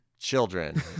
children